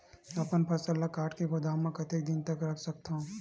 अपन फसल ल काट के गोदाम म कतेक दिन तक रख सकथव?